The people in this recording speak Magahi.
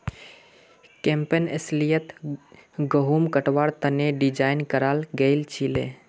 कैम्पैन अस्लियतत गहुम कटवार तने डिज़ाइन कराल गएल छीले